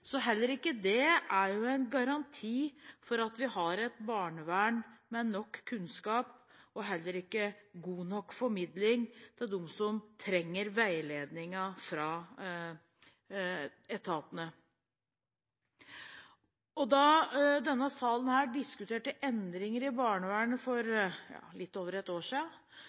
så heller ikke det er en garanti for at vi har et barnevern med nok kunnskap og god nok formidling til dem som trenger veiledning fra etatene. Da denne salen diskuterte endringer i barnevernet for litt over ett år